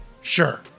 sure